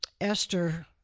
Esther